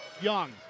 Young